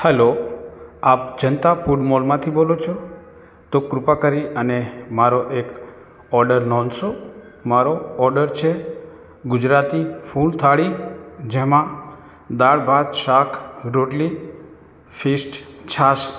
hello આપ Janta food મૉલમાંથી બોલો છો તો કૃપા કરી અને મારો એક ઓર્ડર નોંધશો મારો ઓડર છે ગુજરાતી ફુલ થાળી જેમાં દાળ ભાત શાક રોટલી ફિસ્ટ છાશ